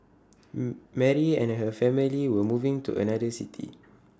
Mary and her family were moving to another city